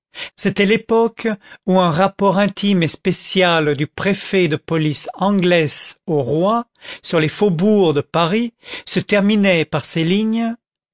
c'était l'époque où un rapport intime et spécial du préfet de police anglès au roi sur les faubourgs de paris se terminait par ces lignes